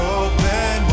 open